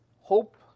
hope